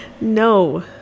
no